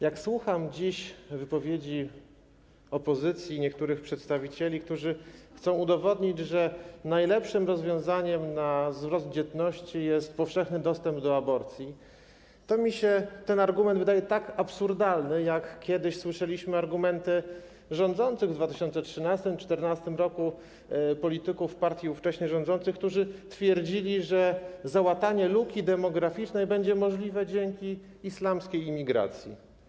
Jak słucham dziś wypowiedzi opozycji, niektórych przedstawicieli, którzy chcą udowodnić, że najlepszym rozwiązaniem na wzrost dzietności jest powszechny dostęp do aborcji, to ten argument wydaje mi się tak absurdalny jak kiedyś argumenty rządzących w 2013 r., 2014 r., polityków partii ówcześnie rządzących, którzy twierdzili, że załatanie luki demograficznej będzie możliwe dzięki islamskiej imigracji.